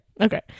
okay